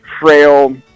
frail